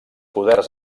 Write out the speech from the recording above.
poders